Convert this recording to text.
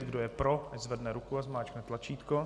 Kdo je pro, zvedne ruku a zmáčkne tlačítko.